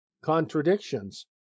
contradictions